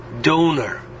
donor